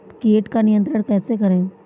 कीट को नियंत्रण कैसे करें?